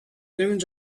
dunes